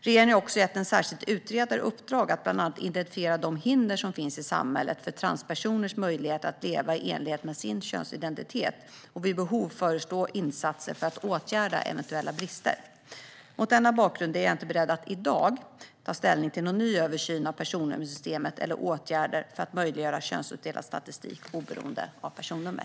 Regeringen har också gett en särskild utredare i uppdrag att bland annat identifiera de hinder som finns i samhället för transpersoners möjligheter att leva i enlighet med sin könsidentitet och vid behov föreslå insatser för att åtgärda eventuella brister. Mot denna bakgrund är jag inte beredd att i dag ta ställning till någon ny översyn av personnummersystemet eller åtgärder för att möjliggöra könsuppdelad statistik oberoende av personnummer.